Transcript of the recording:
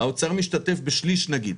האוצר משתתף בשליש נגיד.